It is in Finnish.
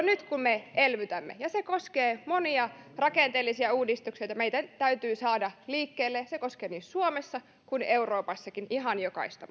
nyt kun me elvytämme se koskee monia rakenteellisia uudistuksia joita meidän täytyy saada liikkeelle se koskee niin suomessa kuin euroopassakin ihan jokaista